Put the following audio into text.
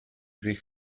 sich